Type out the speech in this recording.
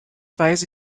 weise